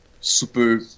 super